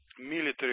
military